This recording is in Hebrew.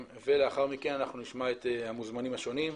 ולאחר מכן אנחנו נשמע את המוזמנים השונים.